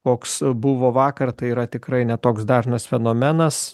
koks buvo vakar tai yra tikrai ne toks dažnas fenomenas